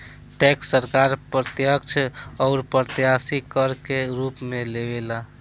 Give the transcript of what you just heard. tax सरकार प्रत्यक्ष अउर अप्रत्यक्ष कर के रूप में लेवे ला